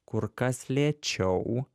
kur kas lėčiau